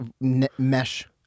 mesh